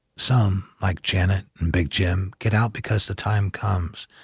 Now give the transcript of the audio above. some, like janet and big jim, get out because the time comes,